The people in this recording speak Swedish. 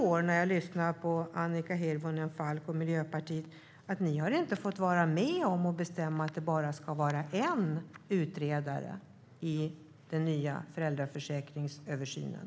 När jag lyssnar på Annika Hirvonen Falk och Miljöpartiet förstår jag att de inte fått vara med och bestämma att en enda person ska göra den nya föräldraförsäkringsöversynen.